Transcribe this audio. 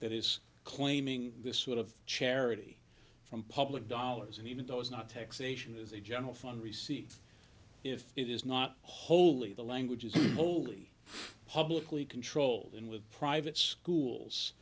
that is claiming this sort of charity from public dollars and even though it's not taxation as a general fund receives if it is not holy the language is wholly publicly controlled and with private schools